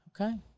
Okay